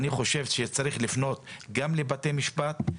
אני חושב שצריך לפנות גם לבתי משפט,